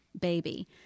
baby